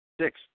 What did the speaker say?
six